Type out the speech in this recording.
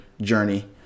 journey